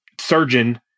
surgeon